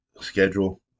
schedule